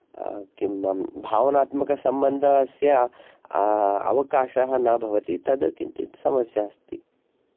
किं भावनात्मकसंबन्धस्य अवकाशः न भवति तद् किञ्चित् समस्या अस्ति